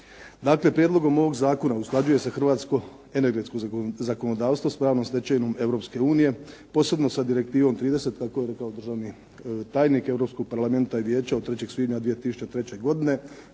Dakle, prijedlogom ovog zakona usklađuje se hrvatsko energetsko zakonodavstvo sa pravnom stečevinom Europske unije posebno sa Direktivom 30. kako je rekao državni tajnik Europskog parlamenta i Vijeća od 3. svibnja 2003. godine